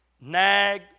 nag